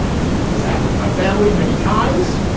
i've used this app with my family many times,